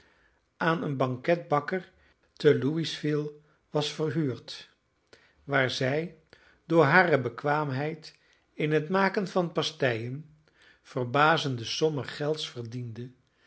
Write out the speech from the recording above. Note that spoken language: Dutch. aan een banketbakker te louisville was verhuurd waar zij door hare bekwaamheid in het maken van pasteien verbazende sommen gelds verdiende